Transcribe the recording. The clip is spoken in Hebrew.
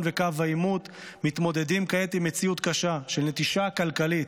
וקו העימות מתמודדים כעת עם מציאות קשה של נטישה כלכלית.